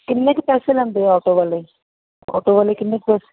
ਕਿੰਨੇ ਕੁ ਪੈਸੇ ਲੈਂਦੇ ਆਟੋ ਵਾਲੇ ਆਟੋ ਵਾਲੇ ਕਿੰਨੇ ਕੁ ਪੈਸੇ